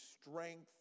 strength